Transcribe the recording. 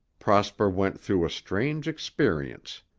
prosper went through a strange experience.